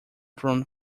from